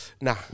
nah